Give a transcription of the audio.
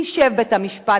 ישב בית-המשפט,